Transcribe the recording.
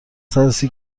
صدوسی